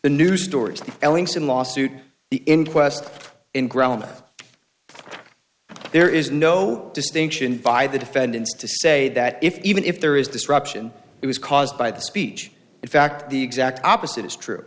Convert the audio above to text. the new stores ellingson lawsuit the inquest in grown up there is no distinction by the defendants to say that if even if there is disruption it was caused by the speech in fact the exact opposite is true